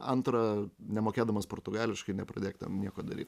antra nemokėdamas portugališkai nepradėk ten nieko daryt